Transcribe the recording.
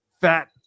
fat